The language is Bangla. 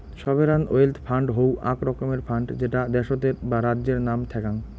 সভেরান ওয়েলথ ফান্ড হউ আক রকমের ফান্ড যেটা দ্যাশোতর বা রাজ্যের নাম থ্যাক্যাং